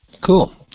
Cool